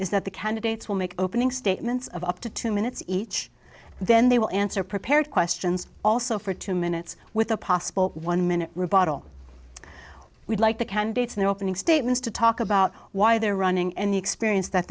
is that the candidates will make opening statements of up to two minutes each then they will answer prepared questions also for two minutes with a possible one minute rebuttal we'd like the candidates in the opening statements to talk about why they're running and the experience that